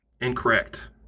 Incorrect